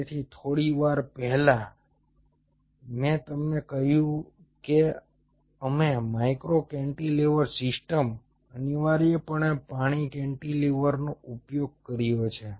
તેથી થોડીવાર પહેલા જ મેં તમને કહ્યું હતું કે અમે માઇક્રો કેન્ટિલીવર સિસ્ટમ્સ અનિવાર્યપણે પાણી કેન્ટીલિવર્સનો ઉપયોગ કર્યો છે